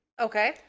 Okay